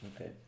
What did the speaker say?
okay